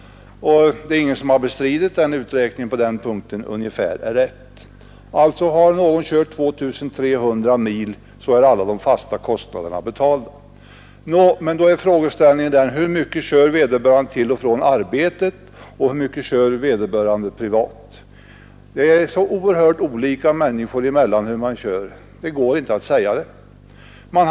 Ingen har bestritt att den uträkningen är ungefär riktig, att efter 2 300 körda mil är alla de fasta kostnaderna betalda. Då är frågan: Hur mycket kör vederbörande till och från arbetet och hur mycket privat? Körvanorna är oerhört olika hos olika människor och det är svårt att besvara den frågan.